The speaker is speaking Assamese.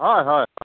হয় হয়